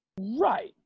Right